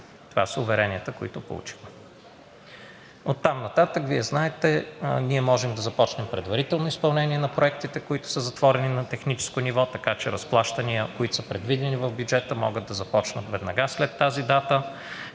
Това са уверенията, които получихме. Оттам нататък – Вие знаете – ние можем да започнем предварително изпълнение на проектите, които са затворени на техническо ниво, така че разплащания, които са предвидени в бюджета, могат да започнат веднага след тази дата.